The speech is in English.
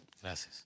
Gracias